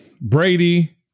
Brady